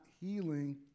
healing